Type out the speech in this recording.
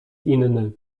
inny